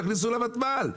תכניסו לותמ"ל.